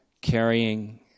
Carrying